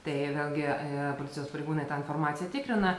tai vėlgi policijos pareigūnai tą informaciją tikrina